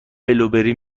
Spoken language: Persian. بلوبری